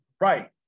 Right